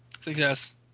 Success